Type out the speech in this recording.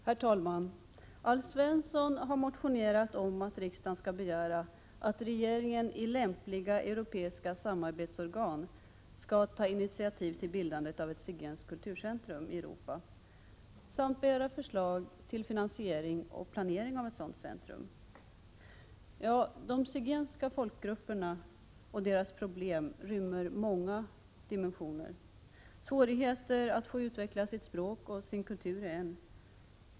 Herr talman! Alf Svensson har motionerat om att riksdagen skall begära att regeringen i lämpliga europeiska samarbetsorgan skall ta initiativ till bildandet av ett zigenskt kulturcentrum i Europa samt begära förslag till finansiering och planering av ett sådant centrum. De zigenska folkgruppernas problem rymmer många dimensioner. Svå 53 righeter att få utveckla sitt språk och sin kultur är en sådan dimension.